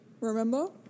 remember